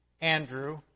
Andrew